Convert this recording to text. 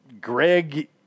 Greg